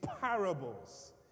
parables